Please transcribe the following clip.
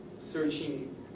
searching